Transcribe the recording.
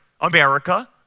America